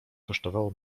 kosztowało